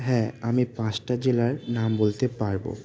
হ্যাঁ আমি পাঁচটা জেলার নাম বলতে পারবো